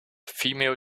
female